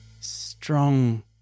strong